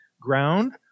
ground